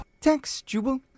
Textual